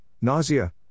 nausea